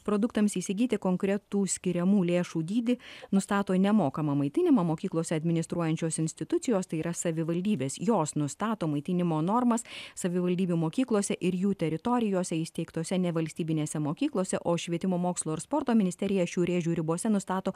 produktams įsigyti konkretų skiriamų lėšų dydį nustato nemokamą maitinimą mokyklose administruojančios institucijos tai yra savivaldybės jos nustato maitinimo normas savivaldybių mokyklose ir jų teritorijose įsteigtose nevalstybinėse mokyklose o švietimo mokslo ir sporto ministerija šių rėžių ribose nustato